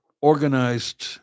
organized